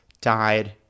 died